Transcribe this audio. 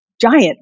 giant